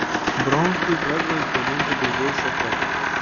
bronchai pradeda gaminti daugiau sekreto